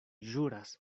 ĵuras